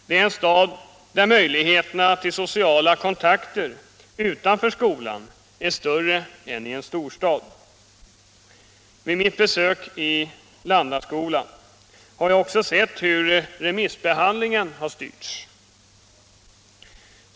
Det är en stad där möjligheterna till sociala kontakter utanför skolan är större än i en storstad. Vid mitt besök i Landaskolan har jag också sett hur remissbehandlingen styrts.